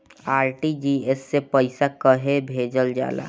RTGS से पइसा कहे भेजल जाला?